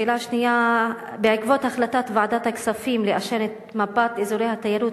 השאלה השנייה: בעקבות החלטת ועדת הכספים לאשר את מפת אזורי התיירות,